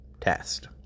test